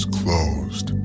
closed